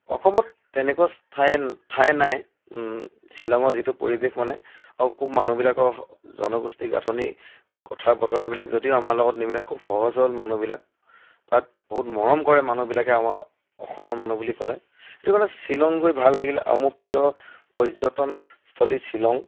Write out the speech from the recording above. অসমত তেনেকুৱা স্থাই ঠাই নাই শ্বিলঙৰ যিটো পৰিৱেশ মানে আৰু খুব মানুহবিলাকৰ জনগোষ্ঠী গাঁথনি কথা বতৰাবিলাক যদিও আমাৰ লগত নিমিলে খুব সহজ মানুহবিলাক তাত বহুত মৰম কৰে মানুহবিলাকে আমাৰ অসমৰ মানুহ বুলি ক'লে সেইটো কাৰণে শ্বিলং গৈ ভাল লাগিলে আৰু মোৰ প্ৰিয় পৰ্যটনস্থলী শ্বিলং